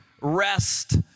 rest